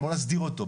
בוא נסדיר אותו.